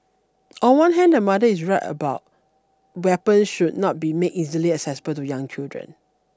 on one hand the mother is right weapon should not be made easily accessible to young children